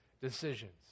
decisions